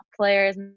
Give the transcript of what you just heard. players